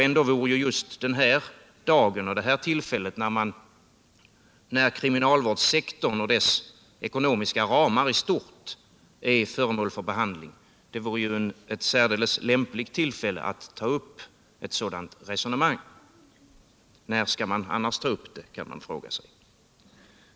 Ändå borde just denna dag och detta tillfälle, när kriminalvårdssektorn och dess ekonomiska ramar i stort är föremål för behandling, vara ett särdeles lämpligt tillfälle att ta upp ett sådant resonemang. När skall vi annars ta upp det, kan man fråga sig.